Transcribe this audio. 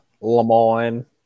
Lamont